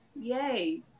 yay